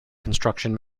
construction